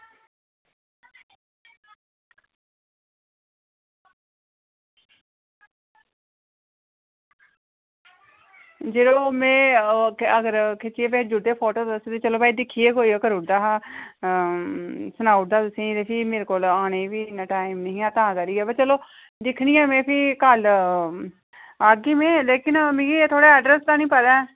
ते यरो में अगर खिच्चियै भेजी ओड़दे फोटो तुस मिगी ते चलो भाई दिक्खियै कोई ओह् करी ओड़दा हा सनाई ओड़दा हा ते भी मेरे कोल आने गी बी इन्ना टाईम निं ऐ तां करियै बाऽ चलो दिक्खनी आं फ्ही में कल्ल आह्गी में पर मिगी एह् थुआढ़े एड्रेस दा निं पता